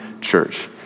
church